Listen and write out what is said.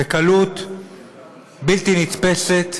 בקלות בלתי נתפסת,